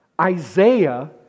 Isaiah